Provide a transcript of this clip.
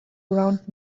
around